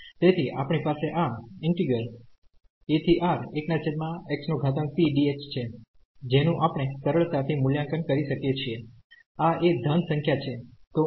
તેથી આપણી પાસે આ ઈન્ટિગ્રલછે જેનું આપણે સરળતાથી મૂલ્યાંકન કરી શકીએ છીએ આ એ ધન સંખ્યા છે તો અહીં